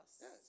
Yes